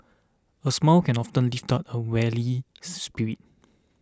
a smile can often lift up a weary spirit